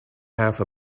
have